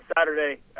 Saturday